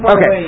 Okay